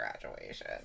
graduation